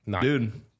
Dude